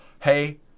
hey